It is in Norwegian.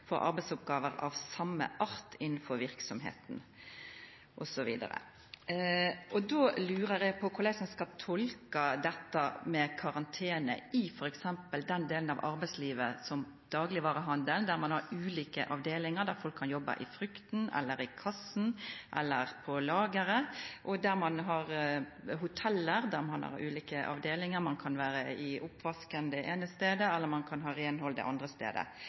for arbeidsoppgaver av samme art innenfor virksomheten.» osv. Då lurer eg på korleis ein skal tolka dette med karantene i f.eks. den delen av arbeidslivet som daglegvarehandelen er, der ein har ulike avdelingar og folk kan jobba i frukta, i kassa, eller på lageret, og i hotell, der ein har ulike avdelingar: Ein kan vera i oppvasken den eine staden og ein kan ha reinhaldet den andre